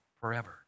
forever